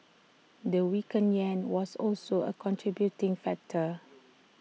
the weakened Yen was also A contributing factor